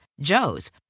Joe's